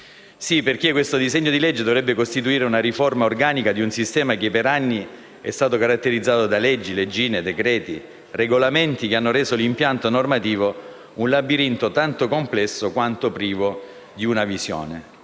Questo disegno di legge dovrebbe, infatti, costituire una riforma organica di un sistema che per anni è stato caratterizzato da leggi, leggine, decreti e regolamenti che hanno reso l'impianto normativo un labirinto tanto complesso quanto privo di una visione.